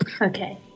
Okay